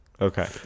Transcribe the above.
Okay